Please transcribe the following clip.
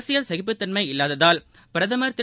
அரசியல் சகிப்புத்தன்ம இல்லாததால் பிரதமர் திரு